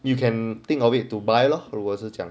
you can think of it to buy lor who wasn't 如果是这样